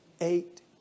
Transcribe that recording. eight